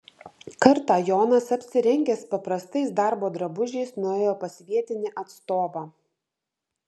kartą jonas apsirengęs paprastais darbo drabužiais nuėjo pas vietinį atstovą